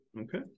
Okay